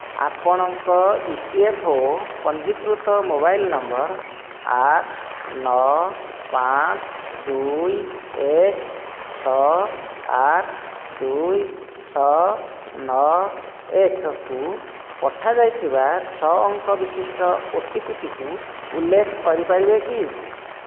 ଆପଣଙ୍କ E P F ଓ ପଞ୍ଜୀକୃତ ମୋବାଇଲ୍ ନମ୍ବର ଆଠ ନଅ ପାଞ୍ଚ ଦୁଇ ଏକ ଛଅ ଆଠ ଦୁଇ ଛଅ ନଅ ଏକକୁ ପଠାଯାଇଥିବା ଛଅ ଅଙ୍କ ବିଶିଷ୍ଟ ଓ ଟି ପି ଟିକୁ ଉଲ୍ଲେଖ କରିପାରିବେ କି